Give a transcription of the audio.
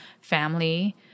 family